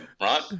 right